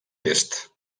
est